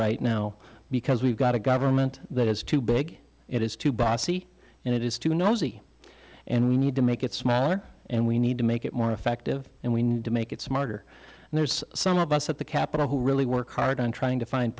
right now because we've got a government that is too big it is too bossy and it is too noisy and we need to make it smaller and we need to make it more effective and we need to make it smarter there's some of us at the capitol who really work hard on trying to find